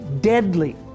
deadly